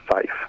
safe